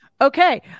Okay